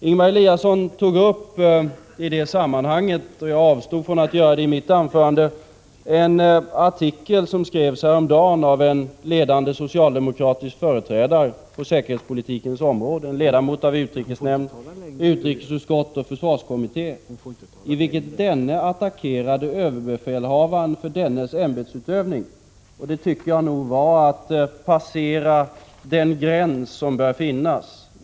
Ingemar Eliasson tog i det sammanhanget upp — jag avstod från att göra det i mitt anförande — en artikel som skrevs häromdagen av en ledande socialdemokrat som är företrädare på säkerhetspolitikens område, en ledamot av utrikesnämnden, utrikesutskottet och försvarskommittén. I artikeln attackerade skribenten överbefälhavaren för dennes ämbetsutövning. Det tycker jag nog var att passera den gräns som bör finnas.